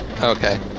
Okay